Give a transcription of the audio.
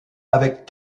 avec